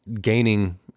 gaining